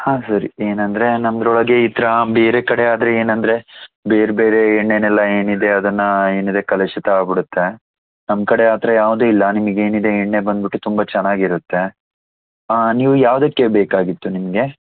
ಹಾಂ ಸರ್ ಏನಂದರೆ ನಮ್ದ್ರೊಳಗೆ ಈ ಥರ ಬೇರೆ ಕಡೆ ಆದರೆ ಏನಂದರೆ ಬೇರೆ ಬೇರೆ ಎಣ್ಣೆಯೆಲ್ಲ ಏನಿದೆ ಅದನ್ನು ಏನಿದೆ ಕಲುಷಿತ ಆಗಿಬಿಡುತ್ತೆ ನಮ್ಮ ಕಡೆ ಆ ಥರ ಯಾವುದೂ ಇಲ್ಲ ನಿಮಗೆ ಏನಿದೆ ಎಣ್ಣೆ ಬಂದುಬಿಟ್ಟು ತುಂಬ ಚೆನ್ನಾಗಿರುತ್ತೆ ನೀವು ಯಾವುದಕ್ಕೆ ಬೇಕಾಗಿತ್ತು ನಿಮಗೆ